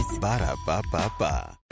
Ba-da-ba-ba-ba